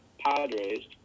Padres